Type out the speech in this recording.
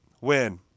win